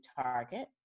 target